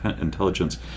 intelligence